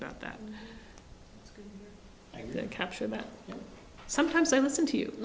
about that capture that sometimes i listen to you